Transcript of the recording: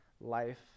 life